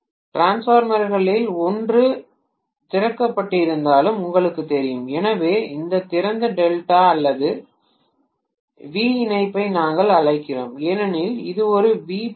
டிரான்ஸ்ஃபார்மர்களில் ஒன்று திறக்கப்பட்டிருந்தாலும் உங்களுக்குத் தெரியும் எனவே இந்த திறந்த டெல்டா அல்லது வி இணைப்பை நாங்கள் அழைக்கிறோம் ஏனெனில் இது ஒரு வி போன்றது